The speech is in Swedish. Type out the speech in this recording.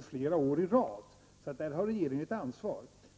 flera år i rad. Där har regeringen ett ansvar.